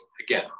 Again